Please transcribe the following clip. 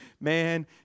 man